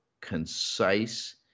concise